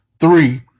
Three